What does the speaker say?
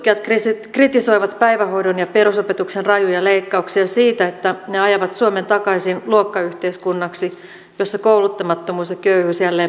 köyhyystutkijat kritisoivat päivähoidon ja perusopetuksen rajuja leikkauksia siitä että ne ajavat suomen takaisin luokkayhteiskunnaksi jossa kouluttamattomuus ja köyhyys jälleen periytyvät